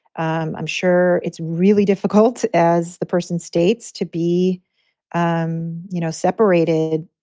i'm i'm sure it's really difficult as the person states to be um you know separated.